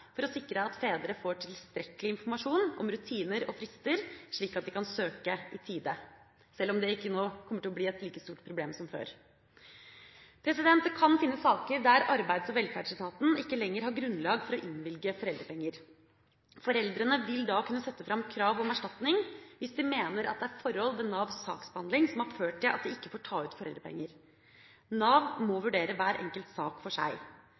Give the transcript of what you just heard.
for å sikre at fedre får tilstrekkelig informasjon om rutiner og frister, slik at de kan søke i tide, sjøl om det ikke kommer til å bli et like stort problem nå som før. Det kan finnes saker der Arbeids- og velferdsetaten ikke lenger har grunnlag for å innvilge foreldrepenger. Foreldrene vil da kunne sette fram krav om erstatning hvis de mener at det er forhold ved Navs saksbehandling som har ført til at de ikke får ta ut foreldrepenger. Nav må vurdere hver enkelt sak for seg.